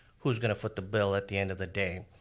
who's gonna foot the bill at the end of the day?